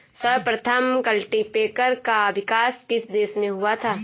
सर्वप्रथम कल्टीपैकर का विकास किस देश में हुआ था?